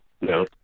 No